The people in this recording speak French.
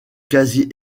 quasi